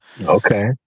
okay